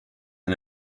and